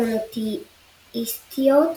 המונותאיסטיות,